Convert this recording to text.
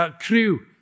crew